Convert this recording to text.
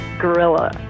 gorilla